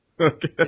Okay